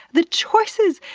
the choices,